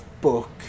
book